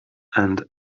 and